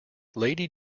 lady